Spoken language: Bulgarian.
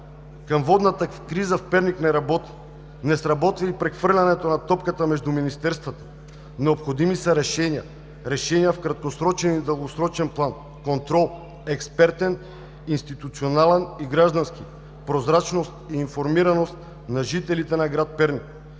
към водната криза в Перник не работи, не сработи и прехвърлянето на топката между министерствата. Необходими са решения в краткосрочен и дългосрочен план; контрол, експертен, институционален и граждански; прозрачност и информираност на жителите на град Перник,